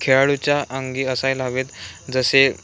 खेळाडूच्या अंगी असायला हवेत जसे